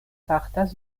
fartas